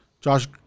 josh